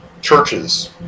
churches